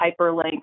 hyperlinks